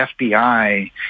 FBI